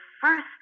first